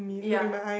ya